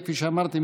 כפי שאמרתי,